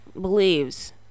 believes